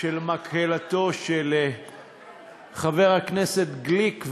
של מקהלתו של חבר הכנסת גליק,